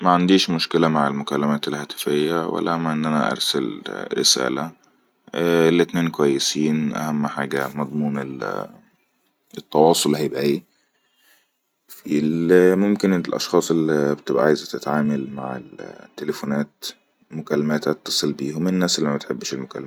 عنديش مشكلة مع المكالمات الهتفية ولا ان أرسل رساله لتنين كويسين أهم حاجه مضمون للتواصل هيبئا ايه في الممكن أن الأشخاص اللي بتبئا عايزة تتعامل مع التلفونات مكالمات اتصل بيهم وفي الناس اللي م تحبش المكالمات